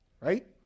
Right